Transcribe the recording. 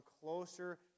closer